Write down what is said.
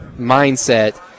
mindset